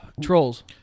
trolls